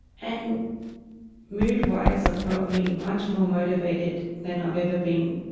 and mood wise i'm probably much more motivated than i've ever been,